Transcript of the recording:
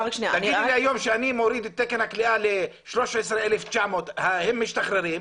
לי היום שאני מוריד את תקן הכליאה ל-13,900 הם משתחררים,